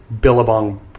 Billabong